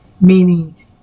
Meaning